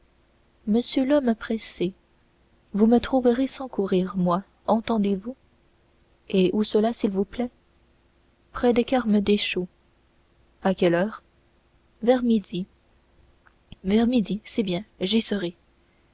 monsieur l'homme pressé vous me trouverez sans courir moi entendez-vous et où cela s'il vous plaît près des carmes deschaux à quelle heure vers midi vers midi c'est bien j'y serai